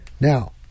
Now